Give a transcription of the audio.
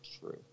true